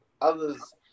others